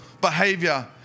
behavior